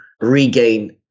regain